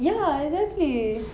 ya exactly